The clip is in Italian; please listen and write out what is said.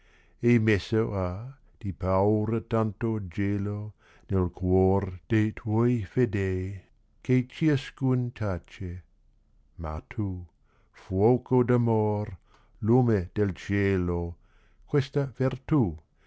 auaglii messo ha di paura tanto gelo nel cuor de tuoi fedei che ciascun ma tu fuoco d amor lume del cielo questa vertù